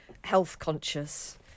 health-conscious